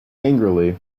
angrily